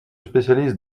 spécialise